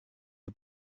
est